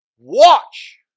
watch